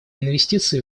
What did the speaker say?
инвестиции